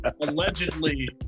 allegedly